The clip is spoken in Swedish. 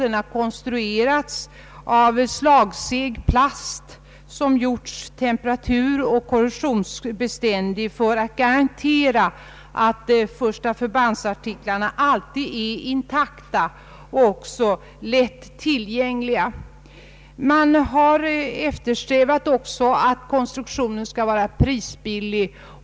Den har konstruerats i slagsegplast, som gjorts temperaturoch korrosionsbeständig för att garantera att förbandsartiklarna alltid är intakta och även lätt tillgängliga. Det har också eftersträvats att konstruktionen skall vara prisbillig.